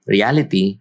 Reality